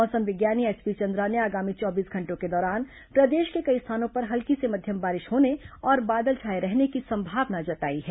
मौसम विज्ञानी एचपी चंद्रा ने आगामी चौबीस घंटों के दौरान प्रदेश के कई स्थानों पर हल्की से मध्यम बारिश होने और बादल छाए रहने की संभावना जताई है